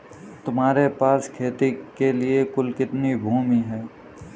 तुम्हारे पास खेती के लिए कुल कितनी भूमि है?